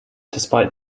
despite